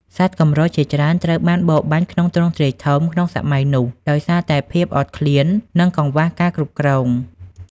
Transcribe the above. សត្វកម្រជាច្រើនត្រូវបានបរបាញ់ក្នុងទ្រង់ទ្រាយធំក្នុងសម័យនោះ ដោយសារតែភាពអត់ឃ្លាន និងកង្វះការគ្រប់គ្រង។